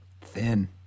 Thin